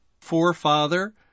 forefather